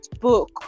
book